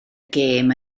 gêm